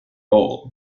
roll